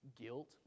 Guilt